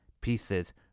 pieces